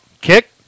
Kick